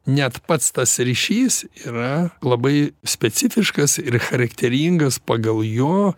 net pats tas ryšys yra labai specifiškas ir charakteringas pagal jo